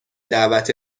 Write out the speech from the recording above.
دعوت